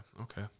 Okay